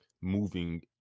moving